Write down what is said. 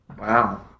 Wow